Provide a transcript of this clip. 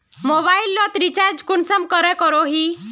Mobile लोत recharge कुंसम करोही?